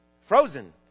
frozen